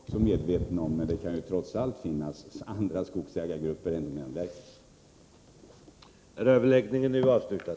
Herr talman! Det är jag också medveten om. Men det kan trots allt finnas andra skogsägargrupper än domänverket.